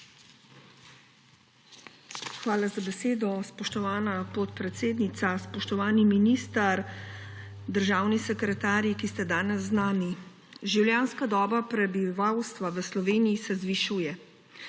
Hvala za besedo, spoštovana podpredsednica. Spoštovani minister, državni sekretarji, ki ste danes z nami! Življenjska doba prebivalstva v Sloveniji se zvišuje,